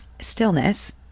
stillness